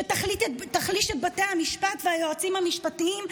שתחליש את בתי המשפט והיועצים המשפטיים,